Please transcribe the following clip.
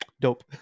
dope